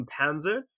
Panzer